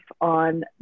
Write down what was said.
on